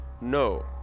No